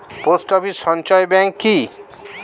Post office সঞ্চয় bank কি?